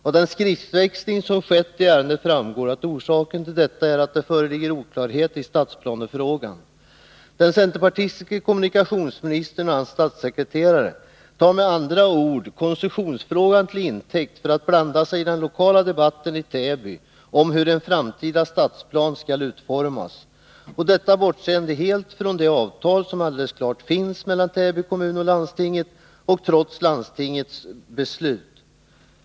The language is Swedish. Av den skriftväxling som skett i ärendet framgår att orsaken till detta är att det föreligger oklarhet i stadsplanefrågan. Den centerpartistiske kommunikationsministern och hans statssekreterare tar med andra ord koncessionsfrågan till intäkt för att blanda sig i den lokala debatten i Täby om hur den framtida stadsplanen skall utformas, detta bortseende helt från det avtal som alldeles klart finns mellan Täby kommun och landstinget och trots landstingets beslut.